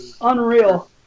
Unreal